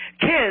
kids